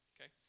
Okay